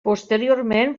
posteriorment